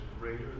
greater